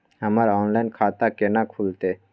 हमर ऑनलाइन खाता केना खुलते?